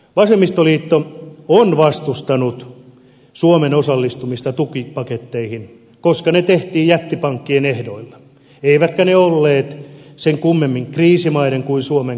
vasemmistoliitto on vastustanut suomen osallistumista tukipaketteihin koska ne tehtiin jättipankkien ehdoilla eivätkä ne olleet sen kummemmin kriisimaiden kuin suomenkaan etu